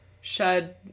shed